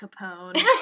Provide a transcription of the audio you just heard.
Capone